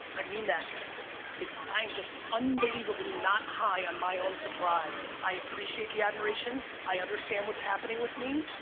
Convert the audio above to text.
i mean that if i'm just unbelievably not high on my own supply. i appreciate the admiration i understand what's happening with me,